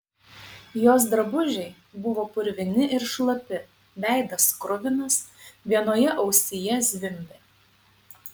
jos drabužiai buvo purvini ir šlapi veidas kruvinas vienoje ausyje zvimbė